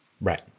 Right